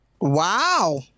Wow